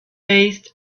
based